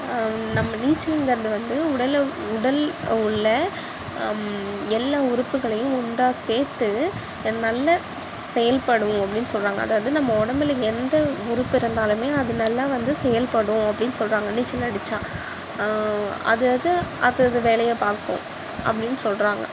நம்ம நீச்சல்ங்கிறது வந்து உடல் உள்ள எல்லா உறுப்புகளையும் ஒன்றாக சேர்த்து நல்ல செயல்படும் அப்படின்னு சொல்கிறாங்க அதாவது நம்ம உடம்புல எந்த உறுப்பு இருந்தாலுமே அது நல்லா வந்து செயல்படும் அப்படின்னு சொல்கிறாங்க நீச்சல் அடித்தா அதாவது அதது வேலையை பார்க்கும் அப்படினு சொல்கிறாங்க